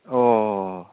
অঁ অঁ